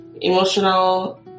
emotional